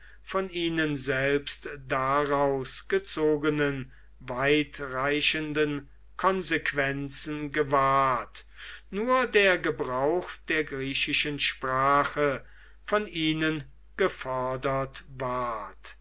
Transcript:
von ihnen selbst daraus gezogenen weitreichenden konsequenzen gewahrt nur der gebrauch der griechischen sprache von ihnen gefordert ward